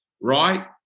right